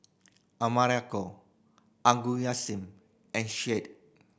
Americo Augustin and Shade